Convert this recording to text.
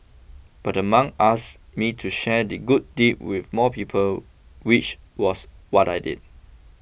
but the monk asked me to share the good deed with more people which was what I did